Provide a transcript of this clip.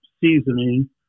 seasoning